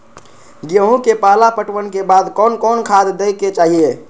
गेहूं के पहला पटवन के बाद कोन कौन खाद दे के चाहिए?